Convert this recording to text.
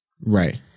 Right